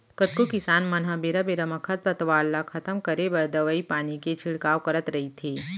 कतको किसान मन ह बेरा बेरा म खरपतवार ल खतम करे बर दवई पानी के छिड़काव करत रइथे